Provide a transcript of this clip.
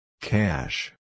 Cash